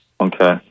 Okay